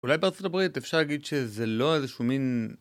אולי בארה״ב אפשר להגיד שזה לא איזשהו מין...